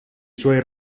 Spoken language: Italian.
suoi